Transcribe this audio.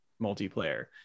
multiplayer